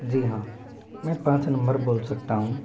जी हाँ मैं पांच नंबर बोल सकता हूँ